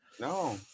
no